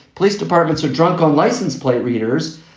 police departments are drunk on license plate readers,